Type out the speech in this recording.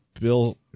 bill